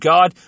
God